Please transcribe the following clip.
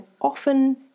often